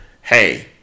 hey